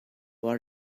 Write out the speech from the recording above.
what